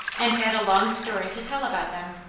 and had a long story to tell about them,